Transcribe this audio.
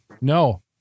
No